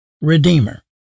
redeemer